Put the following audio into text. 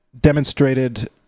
demonstrated